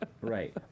Right